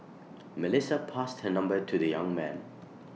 Melissa passed her number to the young man